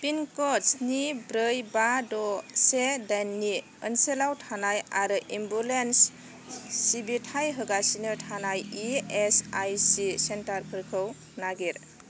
पिनक'ड स्नि ब्रै बा द' से दाइननि ओनसोलाव थानाय आरो एम्बुलेन्स सिबिथाय होगासिनो थानाय इ एस आइ सि सेन्टारफोरखौ नागिर